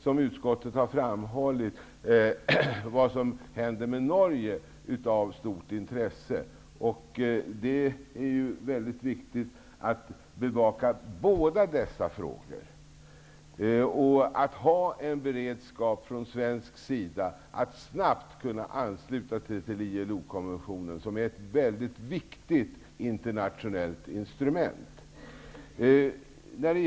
Som utskottet framhållit blir då det som händer med Norge av stort intresse. Det är mycket viktigt att man bevakar båda dessa frågor och att man från svensk sida har en beredskap för att snabbt kunna ansluta sig till ILO konventionen, som är ett mycket viktigt internationellt instrument.